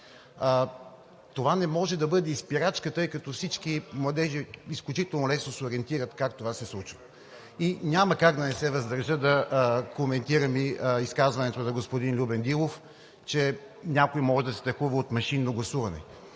Това не може да бъде и спирачка, тъй като всички младежи изключително лесно се ориентират как това се случва. И няма как да се въздържа да не коментирам и изказването на господин Любен Дилов, че някой може да се страхува от машинно гласуване.